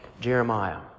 Jeremiah